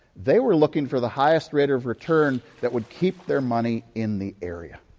they were looking for the highest rate of return that would keep their money in the area.